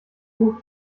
hoch